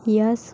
यश